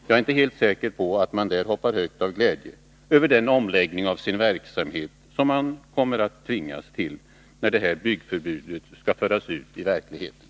Jag är inte helt säker på att man där hoppar högt av glädje över den omläggning av sin verksamhet som man kommer att tvingas till när byggförbudet skall föras ut i verkligheten.